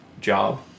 job